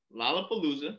Lollapalooza